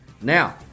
Now